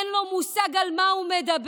אין לו מושג על מה הוא מדבר.